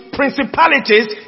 principalities